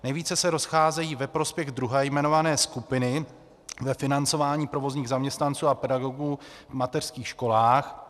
Nejvíce se rozcházejí ve prospěch druhé jmenované skupiny ve financování provozních zaměstnanců a pedagogů v mateřských školách.